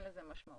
אין לזה משמעות.